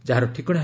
ଯାହାର ଠିକଣା